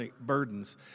burdens